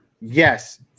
yes